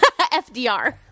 FDR